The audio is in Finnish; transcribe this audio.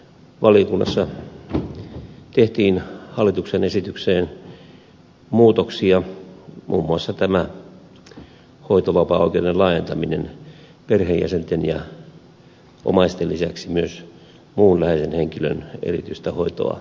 satonen totesi valiokunnassa tehtiin hallituksen esitykseen muutoksia muun muassa tämä hoitovapaaoikeuden laajentaminen perheenjäsenten ja omaisten lisäksi myös muun läheisen henkilön erityistä hoitoa varten